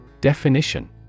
Definition